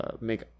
make